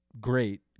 great